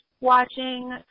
watching